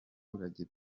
ibibazo